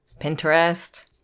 Pinterest